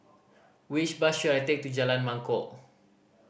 which bus should I take to Jalan Mangkok